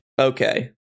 Okay